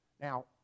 Now